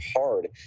hard